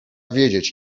wiedzieć